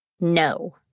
No